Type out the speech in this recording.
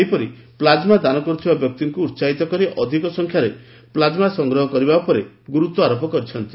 ସେହିପରି ପ୍ଲାଜ୍ମା ଦାନ କରୁଥିବା ବ୍ୟକ୍ତିମାନଙ୍କୁ ଉସାହିତ କରି ଅଧିକ ସଂଖ୍ୟାରେ ପ୍ଲାକ୍ମା ସଂଗ୍ରହ କରିବା ଉପରେ ଗୁରୁତ୍ୱ ଆରୋପ କରିଛନ୍ତି